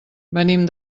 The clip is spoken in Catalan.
venim